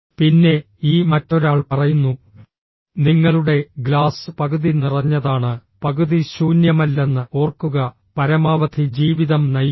പിന്നെ ഈ മറ്റൊരാൾ പറയുന്നു നിങ്ങളുടെ ഗ്ലാസ് പകുതി നിറഞ്ഞതാണ് പകുതി ശൂന്യമല്ലെന്ന് ഓർക്കുക പരമാവധി ജീവിതം നയിക്കുക